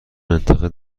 منطقه